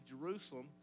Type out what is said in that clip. Jerusalem